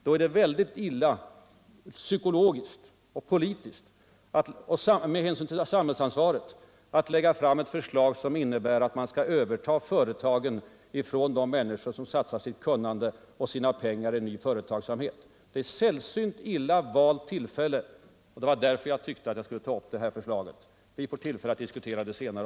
Psykologiskt och politiskt och med tanke på det samhällsansvar som vi alla måste ta på oss är det ett väldigt illa valt tillfälle att lägga fram ett förslag, som innebär att man skall överta företagen från människor som har satsat sitt kunnande och sina pengar i ny företagsamhet. Därför tyckte jag att det var befogat att ta upp fondförslaget. Vi får emellertid tillfälle au diskutera det senare.